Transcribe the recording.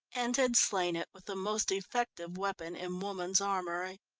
and had slain it with the most effective weapon in woman's armoury.